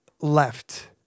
left